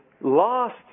last